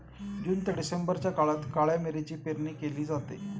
जून ते डिसेंबरच्या काळात काळ्या मिरीची पेरणी केली जाते